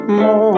more